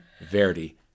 Verdi